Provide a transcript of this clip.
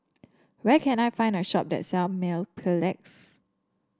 where can I find a shop that sell Mepilex